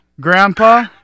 grandpa